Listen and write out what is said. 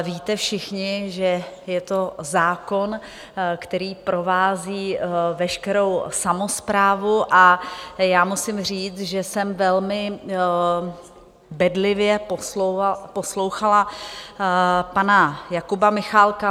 Víte všichni, že je to zákon, který provází veškerou samosprávu, A musím říct, že jsem velmi bedlivě poslouchala pana Jakuba Michálka.